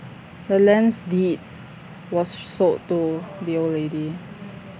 the land's deed was sold to the old lady